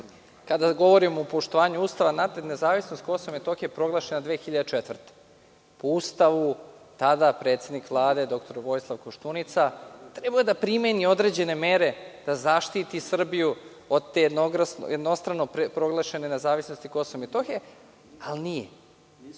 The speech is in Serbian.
kada govorimo o poštovanju Ustava, nezavisnost Kosova i Metohije je proglašena 2004. godine. Po Ustavu, tadašnji predsednik Vlade, dr Vojislav Koštunica, trebao je da primeni određene mere da zaštiti Srbiju od te jednostrano proglašene nezavisnosti Kosova i Metohije, ali nije.